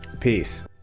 Peace